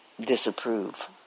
disapprove